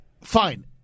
fine